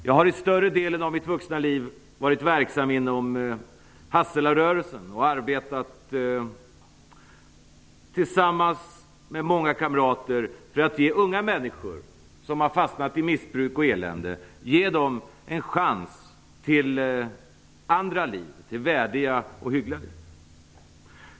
Jag har i större delen av mitt vuxna liv varit verksam inom Hasselarörelsen och tillsammans med många kamrater arbetat för att ge unga människor som har fastnat i missbruk och elände en chans till andra värdiga och hyggliga liv.